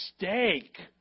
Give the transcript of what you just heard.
mistake